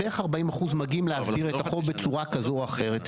בערך 40 אחוז מגיעים להסדיר את החוב בצורה כזו או אחרת.